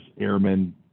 airmen